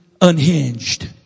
unhinged